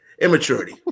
immaturity